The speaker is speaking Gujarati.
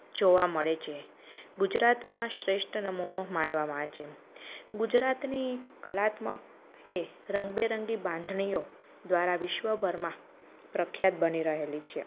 જોવા મળે છે ગુજરાતમાં શ્રેષ્ઠ નમૂનો માનવામાં આવે છે ગુજરાતીની કલાત્મક એ રંગબેરંગી બાંધણીઓ દ્વારા વિશ્વભરમાં પ્રખ્યાત બની રહેલી છે